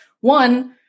One